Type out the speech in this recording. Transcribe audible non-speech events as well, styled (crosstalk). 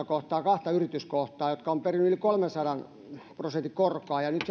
(unintelligible) kohtaan kahta yritystä kohtaan jotka ovat perineet yli kolmensadan prosentin korkoa ja nyt (unintelligible)